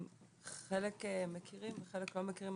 חלק מכירים וחלק לא מכירים,